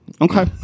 Okay